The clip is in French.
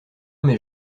mais